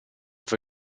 the